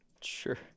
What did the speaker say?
Sure